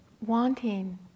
wanting